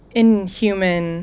inhuman